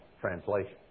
translation